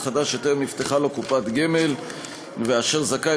חדש שטרם נפתחה לו קופת גמל ואשר זכאי,